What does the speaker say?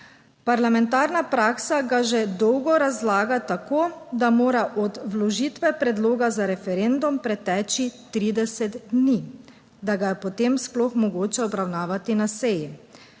"Parlamentarna praksa ga že dolgo razlaga tako, da mora od vložitve predloga za referendum preteči 30 dni, da ga je, potem sploh mogoče obravnavati na seji,